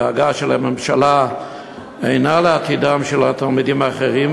הדאגה של הממשלה אינה לעתידם של התלמידים החרדים,